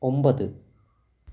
ഒമ്പത്